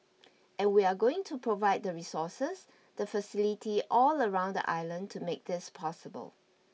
and we are going to provide the resources the facility all around the island to make this possible